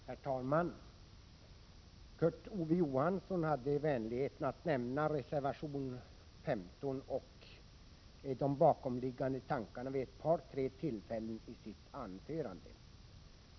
Herr talman! Kurt Ove Johansson hade vänligheten att nämna reservation 15 och de bakomliggande tankarna vid ett par tre tillfällen i sitt anförande.